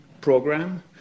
program